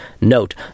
Note